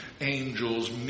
angels